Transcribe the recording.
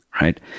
right